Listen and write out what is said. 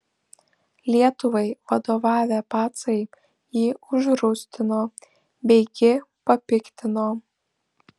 lietuvai vadovavę pacai jį užrūstino beigi papiktino